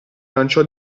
lanciò